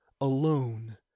alone